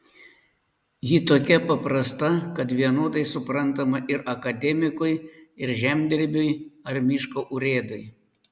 ji tokia paprasta kad vienodai suprantama ir akademikui ir žemdirbiui ar miško urėdui